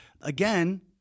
Again